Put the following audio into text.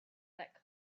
that